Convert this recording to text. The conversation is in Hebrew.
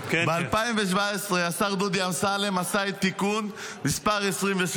ב-2017 השר דודי אמסלם עשה תיקון מס' 27